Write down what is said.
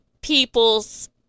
people's